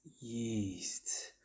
yeast